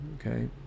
Okay